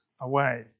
away